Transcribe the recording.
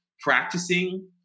practicing